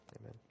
amen